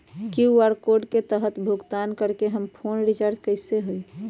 QR code के तहद भुगतान करके हम फोन रिचार्ज कैसे होई?